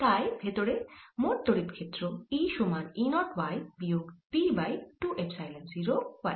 তাই ভেতরে মোট তড়িৎ ক্ষেত্র E সমান E 0 y বিয়োগ P বাই 2 এপসাইলন 0 y